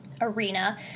arena